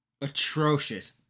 atrocious